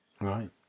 Right